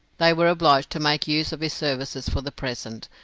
they were obliged to make use of his services for the present,